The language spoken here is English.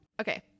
Okay